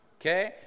okay